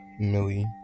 Millie